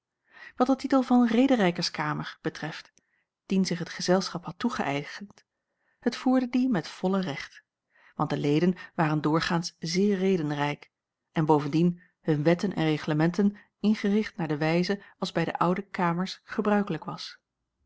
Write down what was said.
wat den titel van rederijkerskamer betreft dien zich het gezelschap had toegeëigend het voerde dien met volle recht want de leden waren doorgaans zeer redenrijk en bovendien hun wetten en reglementen ingericht naar de wijze als bij de oude kamers gebruikelijk was